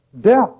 death